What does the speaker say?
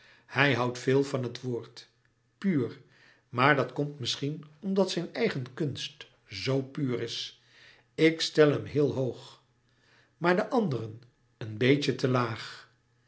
hij houdt veel van het woord puur maar dat komt misschien omdat zijn eigen kunst zoo puur is ik stel hem heel hoog maar de anderen een beetje te laag